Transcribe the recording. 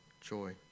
joy